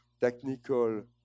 technical